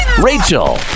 rachel